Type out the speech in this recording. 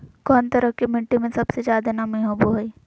कौन तरह के मिट्टी में सबसे जादे नमी होबो हइ?